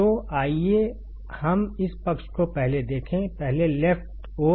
तो आइए हम इस पक्ष को पहले देखें पहले लेफ्ट ओर